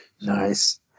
Nice